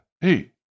hey